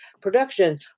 production